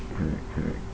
correct correct